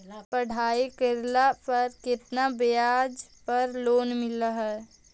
पढाई करेला केतना ब्याज पर लोन मिल हइ?